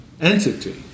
entity